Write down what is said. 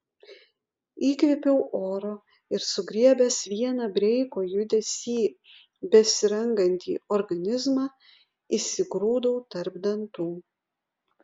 įkvėpiau oro ir sugriebęs vieną breiko judesy besirangantį organizmą įsigrūdau tarp dantų